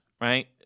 right